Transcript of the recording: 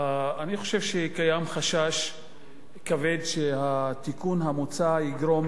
אני חושב שקיים חשש כבד שהתיקון המוצע יגרום